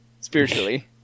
Spiritually